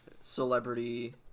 celebrity